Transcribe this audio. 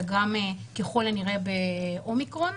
וגם ככל הנראה באומיקרון.